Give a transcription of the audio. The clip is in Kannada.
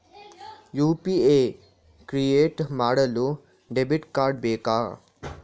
ಯು.ಪಿ.ಐ ಕ್ರಿಯೇಟ್ ಮಾಡಲು ಡೆಬಿಟ್ ಕಾರ್ಡ್ ಬೇಕಾ?